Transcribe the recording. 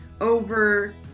over